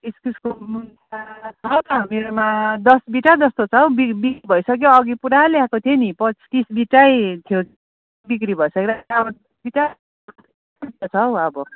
इस्कुसको मुन्टा छ त मेरोमा दस बिटा जस्तो छ हौ बिक् बिक्री भइसक्यो अघि पुरा ल्याएको थियो नि पच्चिस बिटै थियो बिक्री भइसकेर अब दस बिटा छ हौ अब